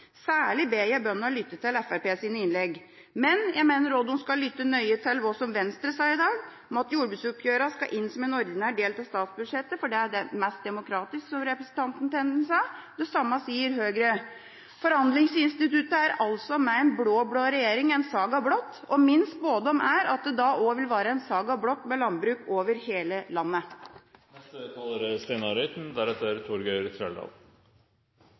Særlig ber jeg bøndene lytte til Fremskrittspartiets innlegg, men jeg mener også at de skal lytte nøye til det som Venstre har sagt her i dag, at jordbruksoppgjørene skal inn som en ordinær del av statsbudsjettet, for det er mest demokratisk, som representanten Tenden sa. Det samme sier Høyre. Forhandlingsinstituttet er altså med en blå-blå regjering en saga blott, og min spådom er at landbruk over hele landet da også vil være en saga blott. Panikken er tydeligvis i ferd med å bre seg i regjeringskontorene. I likhet med velgerne er